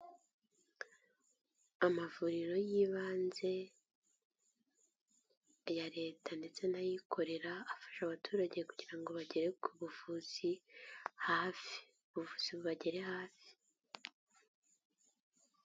Amavuriro y'ibanze, aya Leta ndetse n'ayikorera afasha abaturage kugira ngo bagere ku buvuzi hafi, ubuvuzi bu bagere hafi.